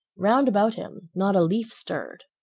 round about him, not a leaf stirred.